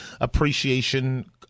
Appreciation